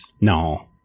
no